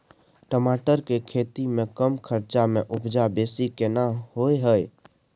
टमाटर के खेती में कम खर्च में उपजा बेसी केना होय है?